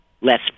less